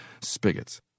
spigots